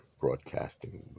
broadcasting